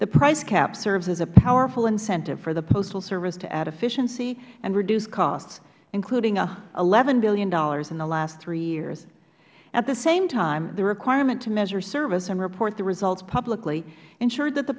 the price cap serves as a powerful incentive for the postal service to add efficiency and reduce costs including eleven dollars billion in the last three years at the same time the requirement to measure service and report the results publicly ensured that the